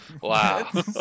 Wow